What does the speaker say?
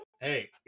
hey